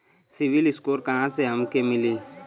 CIBIL score कहाँसे हमके मिली?